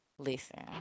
Listen